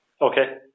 Okay